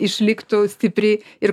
išliktų stipri ir